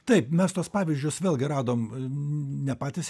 taip mes tuos pavyzdžius vėlgi radom ne patys